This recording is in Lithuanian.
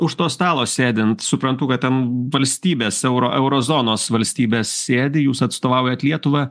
už to stalo sėdint suprantu kad tem valstybės euro euro zonos valstybės sėdi jūs atstovaujat lietuvą